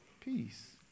peace